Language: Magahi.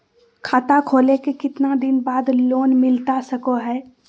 खाता खोले के कितना दिन बाद लोन मिलता सको है?